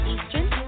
Eastern